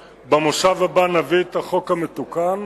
במושב הבא נביא את החוק המתוקן,